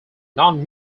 non